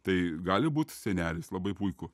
tai gali būt senelis labai puiku